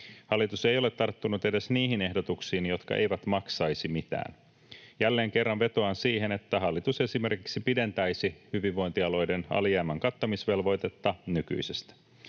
Hallitus ei ole tarttunut edes niihin ehdotuksiin, jotka eivät maksaisi mitään. Jälleen kerran vetoan siihen, että hallitus esimerkiksi pidentäisi hyvinvointialueiden alijäämän kattamisvelvoitetta nykyisestä.